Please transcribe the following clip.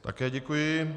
Také děkuji.